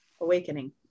Awakening